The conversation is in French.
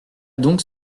donc